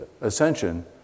ascension